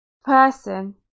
person